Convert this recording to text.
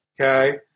okay